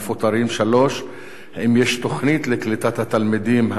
3. האם יש תוכנית לקליטת התלמידים הנושרים?